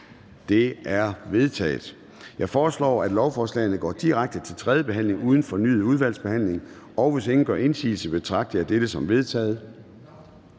De er vedtaget. Jeg foreslår, lovforslagene går direkte til tredje behandling uden fornyet udvalgsbehandling. Og hvis ingen gør indsigelse, betragter jeg dette som vedtaget.